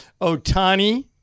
Otani